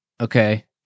Okay